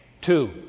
two